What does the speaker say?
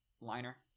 liner